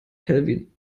kelvin